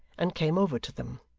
and came over to them.